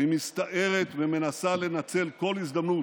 והיא מסתערת ומנסה לנצל כל הזדמנות,